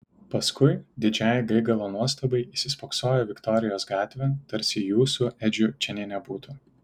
paskui didžiai gaigalo nuostabai įsispoksojo į viktorijos gatvę tarsi jų su edžiu čia nė nebūtų